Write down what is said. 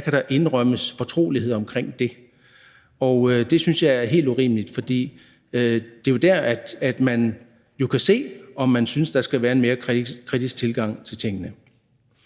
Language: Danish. kan der indrømmes fortrolighed omkring, og det synes jeg er helt urimeligt, for det er jo der, man kan se, om man synes, der skal være en mere kritisk tilgang til tingene.